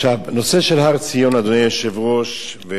אדוני היושב-ראש וסגן שר החוץ,